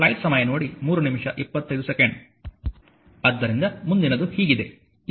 ಆದ್ದರಿಂದ ಮುಂದಿನದು ಹೀಗಿದೆ ಇದು ನಾನು ತೆಗೆದುಕೊಂಡ ಸರಳ ಉದಾಹರಣೆ